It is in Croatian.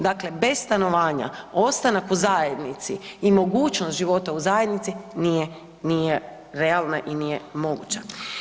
Dakle, bez stanovanja ostanak u zajednici i mogućnost života u zajednici nije realna i nije moguća.